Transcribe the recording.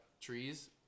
trees